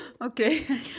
Okay